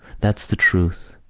that's the truth.